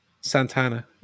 Santana